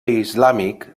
islàmic